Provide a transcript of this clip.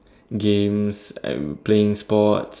games and playing sports